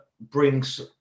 brings